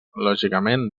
lògicament